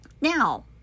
now